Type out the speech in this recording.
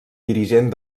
dirigent